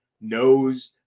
knows